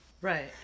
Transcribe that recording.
right